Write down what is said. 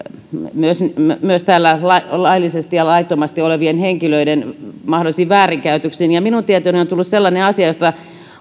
täällä laillisesti tai laittomasti olevien henkilöiden mahdollisiin väärinkäytöksiin minun tietooni on on tullut sellainen asia josta